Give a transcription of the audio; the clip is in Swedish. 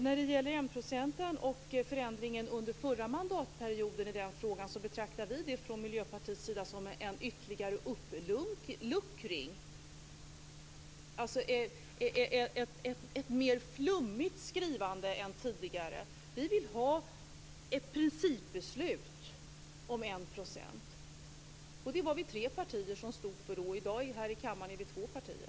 När det gäller 1 % och förändringen under förra mandatperioden i den frågan betraktar vi det från Miljöpartiets sida som en ytterligare uppluckring, alltså ett mer flummigt skrivande än tidigare. Vi vill ha ett principbeslut om 1 %. Det var vi tre partier som stod för då. I dag här i kammaren är vi två partier.